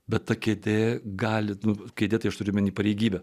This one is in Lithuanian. bet ta kėdė gali du kėdė tai aš turiu mini pareigybę